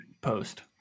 post